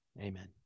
Amen